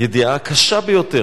ידיעה קשה ביותר: